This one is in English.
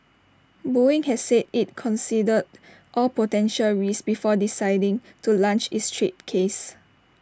boeing has said IT considered all potential risks before deciding to launch its trade case